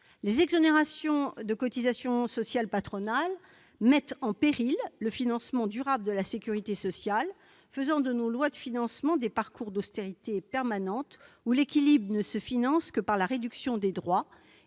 Les exonérations de cotisations sociales patronales mettent en péril le financement durable de la sécurité sociale, faisant de nos lois de financement des parcours d'austérité permanente. L'équilibre ne se finance que par la réduction des droits